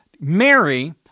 Mary